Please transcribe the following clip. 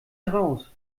heraus